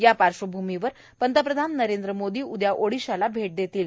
या पार्श्वभूमीवर पंतप्रधान नरेंद्र मोदी उद्या ओडिशाला भैट देणार आहेत